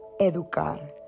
Educar